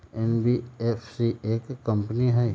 NBFC एक company हई?